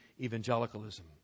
evangelicalism